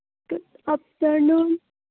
good afternoon